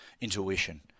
intuition